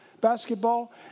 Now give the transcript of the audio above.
basketball